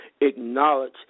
acknowledge